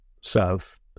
south